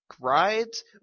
rides